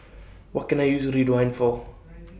What Can I use Ridwind For